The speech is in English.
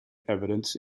evidence